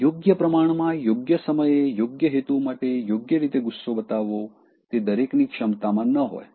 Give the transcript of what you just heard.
અને યોગ્ય પ્રમાણમા યોગ્ય સમયે યોગ્ય હેતુ માટે યોગ્ય રીતે ગુસ્સો બતાવવો તે દરેકની ક્ષમતામાં ન હોય